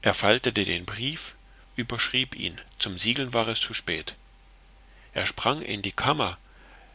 er faltete den brief überschrieb ihn zum siegeln war es zu spät er sprang in die kammer